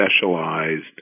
specialized